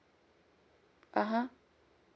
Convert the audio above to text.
(uh huh)